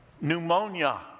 Pneumonia